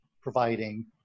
providing